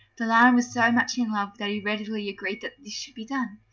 the lion was so much in love that he readily agreed that this should be done.